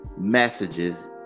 messages